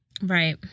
Right